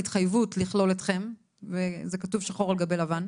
התחייבות לכלול אתכם וזה כתוב שחור על גבי לבן.